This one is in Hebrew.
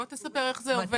בוא תספר איך זה עובד.